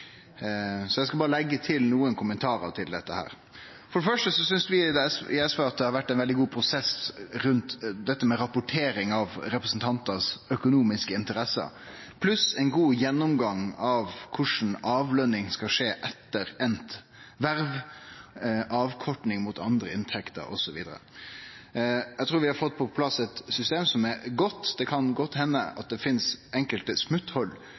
Så eg skal berre leggje til nokre kommentarar. For det første synest vi i SV at det har vore ein veldig god prosess rundt dette med rapportering av representantars økonomiske interesser, pluss ein god gjennomgang av korleis betaling av lønn skal skje etter avslutta verv – avkorting mot andre inntekter osv. Eg trur vi har fått på plass eit system som er godt. Det kan godt hende at det finst enkelte